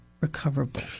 recoverable